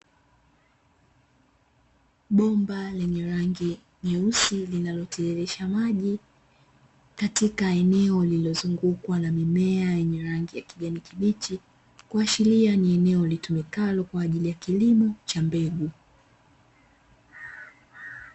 Bomba lenye rangi nyeusi linalotiririsha maji katika eneo lililozungukwa na mimea yenye rangi ya kijani kibichi, kuashiria ni eneo litumikalo kwaajili ya kilimo cha mbegu.